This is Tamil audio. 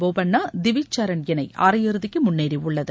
போபண்ணா டிவிக் சரண் இணை அரையிறுதிக்கு முன்னேறியுள்ளது